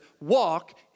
Walk